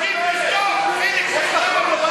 הכנסת זחאלקה לסדר פעם שלישית.